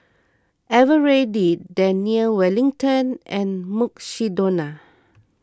Eveready Daniel Wellington and Mukshidonna